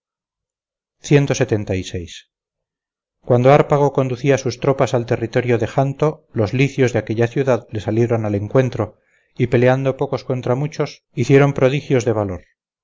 cuando hárpago conducía sus tropas al territorio de janto los licios de aquella ciudad le salieron al encuentro y peleando pocos contra muchos hicieron prodigios de valor